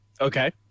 Okay